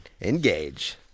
Engage